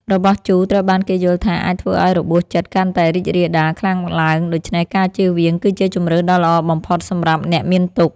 របស់ជូរត្រូវបានគេយល់ថាអាចធ្វើឱ្យរបួសចិត្តកាន់តែរីករាលដាលខ្លាំងឡើង ដូច្នេះការជៀសវាងវាគឺជាជម្រើសដ៏ល្អបំផុតសម្រាប់អ្នកមានទុក្ខ។